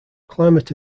climate